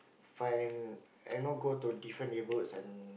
find and no go to different neighbourhoods and